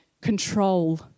control